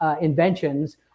inventions